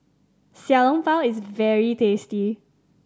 Xiao Long Bao is very tasty